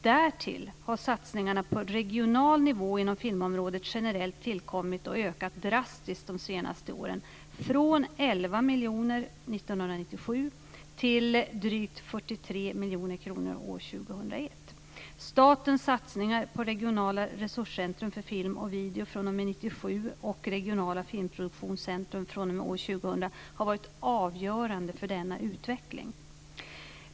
Därtill har satsningarna på regional nivå inom filmområdet generellt tillkommit och ökat drastiskt de senaste åren, från 11 miljoner kronor år 1997 till drygt 43 miljoner kronor år 2001. Statens satsningar på regionala resurscentrum för film och video fr.o.m. 1997 och regionala filmproduktionscentrum fr.o.m. år 2000 har varit avgörande för denna utveckling.